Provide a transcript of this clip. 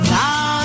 now